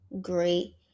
great